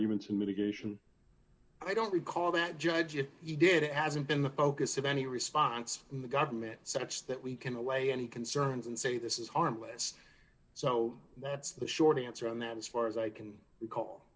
mitigation i don't recall that judge if you did it hasn't been the focus of any response from the government such that we can away any concerns and say this is harmless so that's the short answer on that as far as i can recall